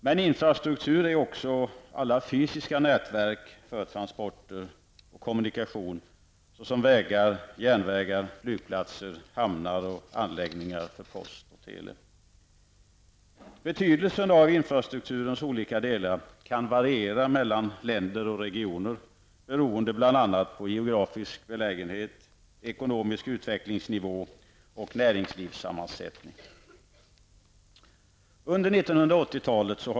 Men infrastruktur är också alla fysiska nätverk för transporter och kommunikation, såsom vägar, järnvägar, flygplatser, hamnar och anläggningar för post och tele. Betydelsen av infrastrukturens olika delar kan variera mellan länder och regioner beroende bl.a. på geografisk belägenhet, ekonomisk utvecklingsnivå och näringslivssammansättning.